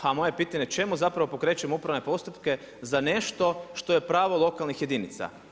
Ha moje pitanje, čemu zapravo pokrećemo upravne postupke za nešto što je pravo lokalnih jedinica?